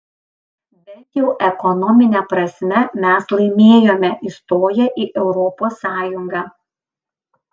bent jau ekonomine prasme mes laimėjome įstoję į europos sąjungą